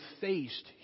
faced